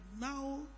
now